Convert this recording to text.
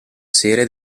serie